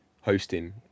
hosting